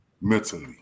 mentally